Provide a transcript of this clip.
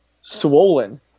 swollen